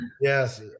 Yes